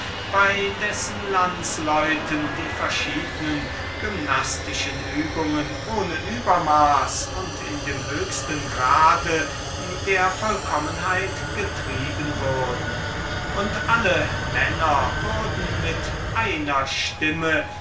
bei dessen landesleuten die verschiednen gymnastischen übungen am stärksten und verhältnisweise in dem höchsten grade der vollkommenheit getrieben würden und alle männer würden mit einer stimme